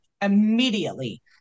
immediately